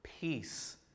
peace